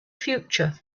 future